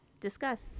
discuss